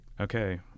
okay